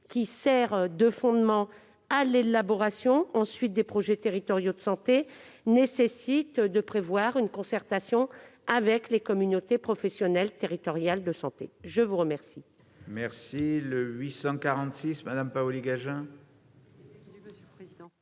qui sert de fondement à l'élaboration des projets territoriaux de santé, nécessite de prévoir une concertation avec les communautés professionnelles territoriales de santé. L'amendement